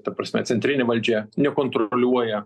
ta prasme centrinė valdžia nekontroliuoja